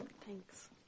thanks